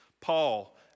Paul